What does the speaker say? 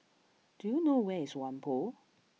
do you know where is Whampoa